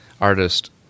artist